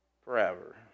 Forever